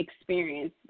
experience